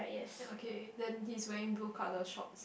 okay then he's wearing blue colour short